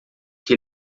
que